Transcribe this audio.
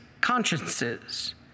consciences